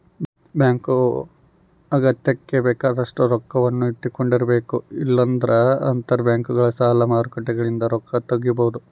bank ಅಗತ್ಯಕ್ಕ ಬೇಕಾದಷ್ಟು ರೊಕ್ಕನ್ನ ಇಟ್ಟಕೊಂಡಿರಬೇಕು, ಇಲ್ಲಂದ್ರ ಅಂತರಬ್ಯಾಂಕ್ನಗ ಸಾಲ ಮಾರುಕಟ್ಟೆಲಿಂದ ರೊಕ್ಕ ತಗಬೊದು